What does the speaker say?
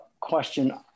question